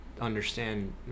understand